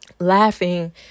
laughing